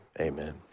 amen